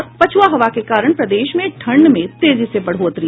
और पछुआ हवा के कारण प्रदेश में ठंड में तेजी से बढ़ोतरी